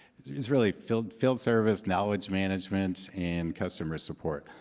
it's really field field service, knowledge management, and customer support.